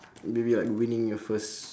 maybe like winning your first